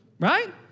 Right